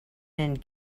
and